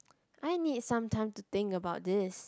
I need some time to think about this